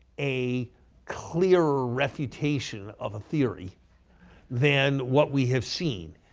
a clearer refutation of a theory than what we have seen.